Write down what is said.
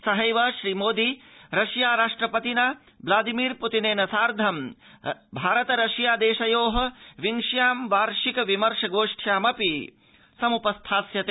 सहैव श्रीमोदी रशिया राष्ट्रपतिना व्लादिमिर पृतिनेन सार्धं भारत रशिया देशयो विंश्यां वार्षिक विमर्श गोष्ठ्यामपि समुप स्थास्यते